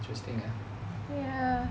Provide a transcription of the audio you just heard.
interesting eh